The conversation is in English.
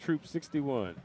troop sixty one